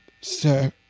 Sir